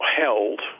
held